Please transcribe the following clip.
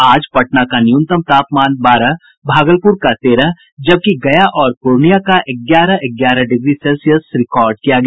आज पटना का न्यूनतम तापमान बारह भागलपुर का तेरह जबकि गया और पूर्णियां का ग्यारह ग्यारह डिग्री सेल्सियस रिकॉर्ड किया गया